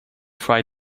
fry